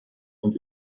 und